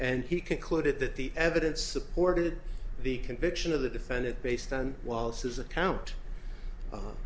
and he concluded that the evidence supported the conviction of the defendant based on wallace's account